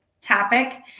topic